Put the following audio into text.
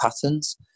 patterns